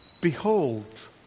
behold